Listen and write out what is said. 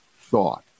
thought